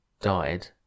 died